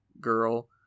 girl